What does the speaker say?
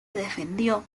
defendió